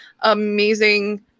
amazing